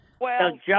Well-